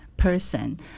person